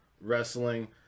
wrestling